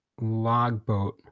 Logboat